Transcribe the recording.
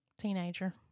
teenager